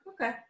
okay